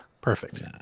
perfect